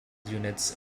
units